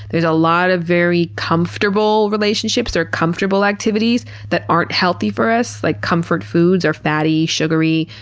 there's a lot of very comfortable relationships or comfortable activities that aren't healthy for us, like comfort foods or fatty, sugary,